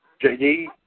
JD